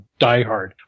diehard